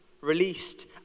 released